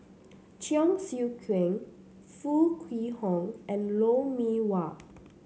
Cheong Siew Keong Foo Kwee Horng and Lou Mee Wah